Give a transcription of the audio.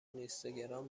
اینستاگرام